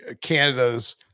Canada's